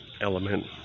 element